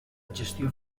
gestió